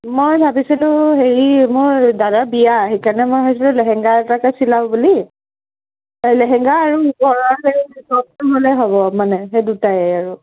মই ভাবিছিলোঁ হেৰি মোৰ দাদাৰ বিয়া সেইকাৰণে মই ভাবিছিলোঁ লেহেংগা এটাকে চিলাওঁ বুলি লেহেংগা আৰু হ'লেই হ'ব মানে সেই দুটাই আৰু